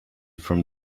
from